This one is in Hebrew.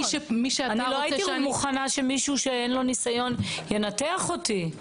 אני לא הייתי מוכנה שמישהו שאין לו ניסיון ינתח אותי.